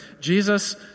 Jesus